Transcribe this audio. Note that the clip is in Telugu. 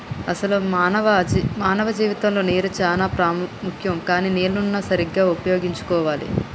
అసలు మానవ జీవితంలో నీరు చానా ముఖ్యం కానీ నీళ్లన్ను సరీగ్గా ఉపయోగించుకోవాలి